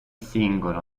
singolo